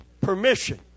permission